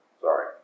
Sorry